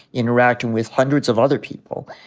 interacting with hundreds of other people.